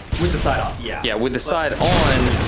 with the side off, yeah. yeah, with the side on,